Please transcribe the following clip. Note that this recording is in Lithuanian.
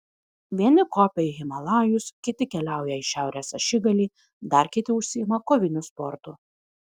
vieni kopia į himalajus kiti keliauja į šiaurės ašigalį dar kiti užsiima koviniu sportu